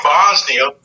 Bosnia